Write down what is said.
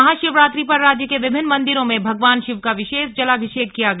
महाशिवरात्रि पर राज्य के विभिन्न मंदिरों में भगवान शिव का विशेष जलाभिषेक किया गया